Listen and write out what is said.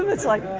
um it's like,